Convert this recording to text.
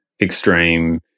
extreme